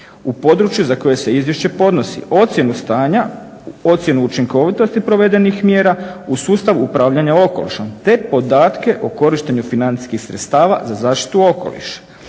u području za koje se izvješće podnosi, ocjenu stanja, ocjenu učinkovitosti provedenih mjera u sustav upravljanja okolišom te podatke o korištenju financijskih sredstava za zaštitu okoliša,